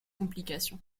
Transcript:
complication